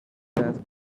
ask